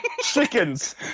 Chickens